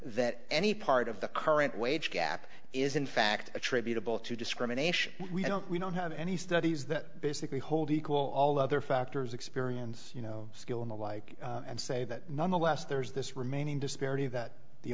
that any part of the current wage gap is in fact attributable to discrimination we don't we don't have any studies that basically hold equal all other factors experience you know skill and the like and say that nonetheless there's this remaining disparity that the